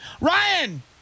Ryan